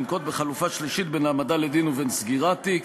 לנקוט חלופה שלישית בין העמדה לדין ובין סגירת התיק,